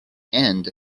and